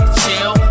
chill